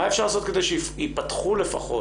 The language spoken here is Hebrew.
מה אפשר לעשות כדי שיפתחו לפחות,